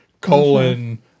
colon